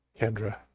Kendra